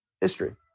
History